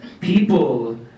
people